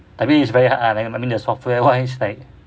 tapi it's very hard ah like I mean the software wise like